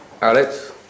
Alex